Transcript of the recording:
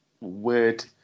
weird